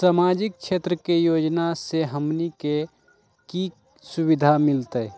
सामाजिक क्षेत्र के योजना से हमनी के की सुविधा मिलतै?